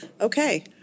Okay